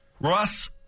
Russ